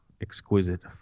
exquisite